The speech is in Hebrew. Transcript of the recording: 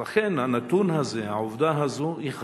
לכן הנתון זה, העובדה הזאת חשובה.